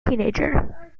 teenager